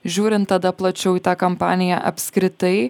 žiūrint tada plačiau į tą kampaniją apskritai